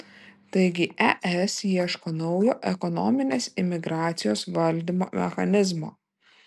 taigi es ieško naujo ekonominės imigracijos valdymo mechanizmo